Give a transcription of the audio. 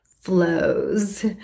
flows